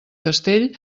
castell